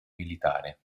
militare